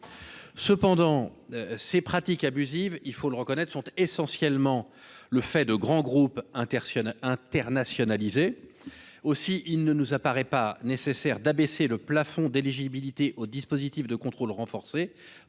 Cependant, ces pratiques abusives – il faut le reconnaître – sont essentiellement le fait de grands groupes internationalisés. Aussi ne nous paraît il pas nécessaire d’abaisser le plafond d’éligibilité aux dispositifs de contrôle renforcés.